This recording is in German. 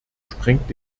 sprengt